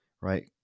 right